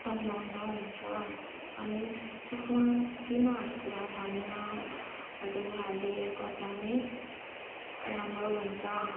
सम्भावना हुन्छ अनि त्यसमा किमाहरूतिर धनियाँहरू हाले त झनै राम्रो हुन्छ